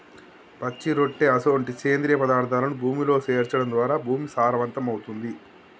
పచ్చిరొట్ట అసొంటి సేంద్రియ పదార్థాలను భూమిలో సేర్చడం ద్వారా భూమి సారవంతమవుతుంది